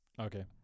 okay